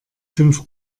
fünf